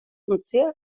funtzioa